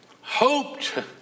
hoped